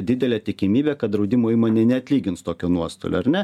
didelė tikimybė kad draudimo įmonė neatlygins tokio nuostolio ar ne